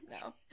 no